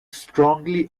strongly